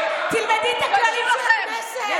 תלמדי את הכללים של הכנסת.